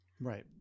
Right